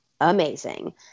amazing